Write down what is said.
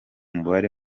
mubare